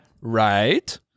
Right